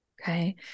Okay